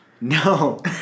No